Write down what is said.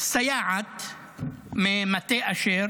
סייעת ממטה אשר